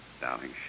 Darling